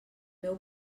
meu